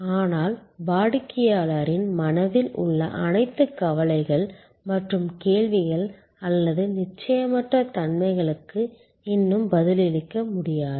ஆனால் வாடிக்கையாளரின் மனதில் உள்ள அனைத்து கவலைகள் மற்றும் கேள்விகள் அல்லது நிச்சயமற்ற தன்மைகளுக்கு இன்னும் பதிலளிக்க முடியாது